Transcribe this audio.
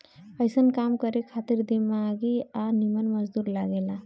अइसन काम करे खातिर दिमागी आ निमन मजदूर लागे ला